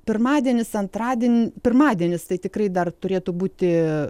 pirmadienis antradienis pirmadienis tai tikrai dar turėtų būti